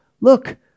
Look